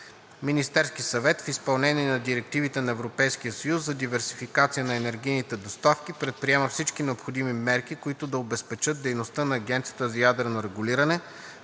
„Министерският съвет, в изпълнение на директивите на Европейския съюз за диверсификация на енергийните доставки, предприема всички необходими мерки, които да обезпечат дейността на Агенцията за ядрено регулиране